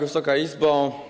Wysoka Izbo!